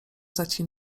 zaci